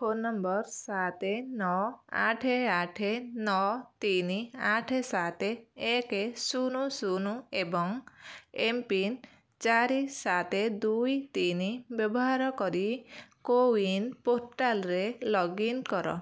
phone number ସାତେ ନଅ ଆଠେ ଆଠେ ନଅ ତିନି ଆଠେ ସାତେ ଏକେ ଶୁନ ଶୁନ ଏବଂ ଏମ୍ପିନ୍ ଚାରି ସାତେ ଦୁଇ ତିନି ବ୍ୟବହାର କରି କୋୱିନ୍ ପୋର୍ଟାଲ୍ରେ ଲଗ୍ଇନ୍ କର